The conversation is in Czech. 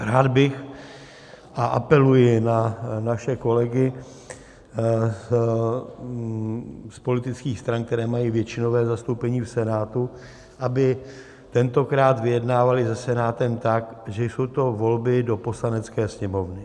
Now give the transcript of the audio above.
Rád bych a apeluji na naše kolegy z politických stran, které mají většinové zastoupení v Senátu aby tentokrát vyjednávali se Senátem tak, že jsou to volby do Poslanecké sněmovny.